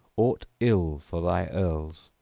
aught ill for thy earls,